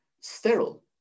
sterile